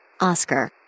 Oscar